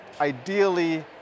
ideally